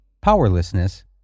powerlessness